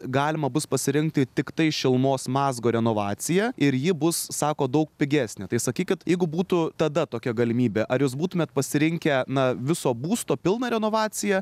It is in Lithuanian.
galima bus pasirinkti tiktai šilumos mazgo renovaciją ir ji bus sako daug pigesnė tai sakykit jeigu būtų tada tokia galimybė ar jūs būtumėt pasirinkę na viso būsto pilną renovaciją